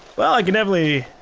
well, i can definitely.